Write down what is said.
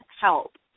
help